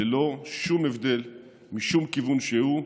ללא שום הבדל משום כיוון שהוא,